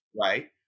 right